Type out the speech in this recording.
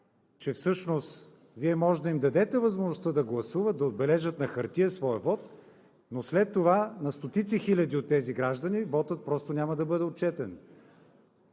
че всъщност Вие може да им дадете възможността да гласуват, да отбележат на хартия своя вот, но след това на стотици хиляди от тези граждани вотът просто няма да бъде отчетен.